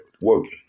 working